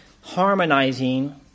harmonizing